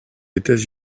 états